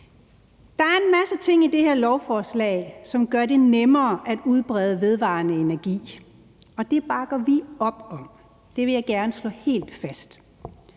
Der er en masse ting i det her lovforslag, som gør det nemmere at udbrede vedvarende energi, og det bakker vi op om. Det vil jeg gerne slå helt fast.